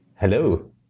Hello